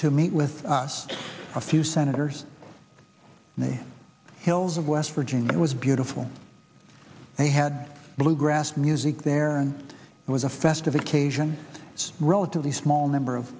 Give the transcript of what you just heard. to meet with us a few senators in the hills of west virginia it was beautiful they had bluegrass music there and it was a festive occasion so relatively small number of